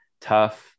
tough